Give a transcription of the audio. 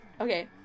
Okay